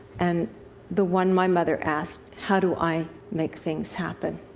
and the one my mother asked how do i make things happen?